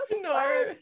No